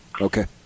okay